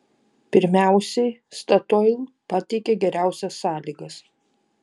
pirmiausiai statoil pateikė geriausias sąlygas